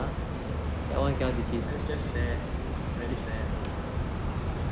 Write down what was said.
that's just sad very sad